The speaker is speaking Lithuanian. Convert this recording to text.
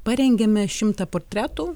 parengėme šimtą portretų